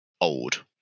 old